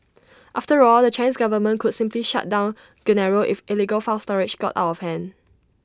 after all the Chinese government could simply shut down Genaro if illegal file storage got out of hand